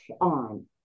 on